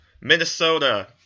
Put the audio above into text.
Minnesota